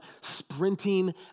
sprinting